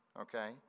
okay